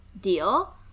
deal